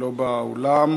לא באולם.